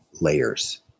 layers